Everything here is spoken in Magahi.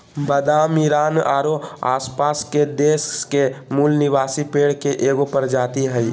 बादाम ईरान औरो आसपास के देश के मूल निवासी पेड़ के एगो प्रजाति हइ